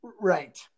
Right